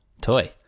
toy